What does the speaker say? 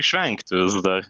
išvengti vis dar